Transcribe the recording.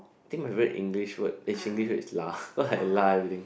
think my favourite English word eh Singlish word is lah cause I lah everything